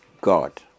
God